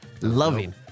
loving